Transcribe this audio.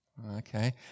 Okay